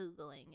googling